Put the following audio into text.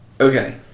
Okay